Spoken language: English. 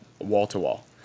wall-to-wall